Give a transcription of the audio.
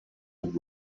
and